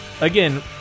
again